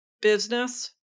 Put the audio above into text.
business